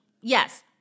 Yes